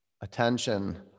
attention